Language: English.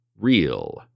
real